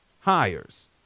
hires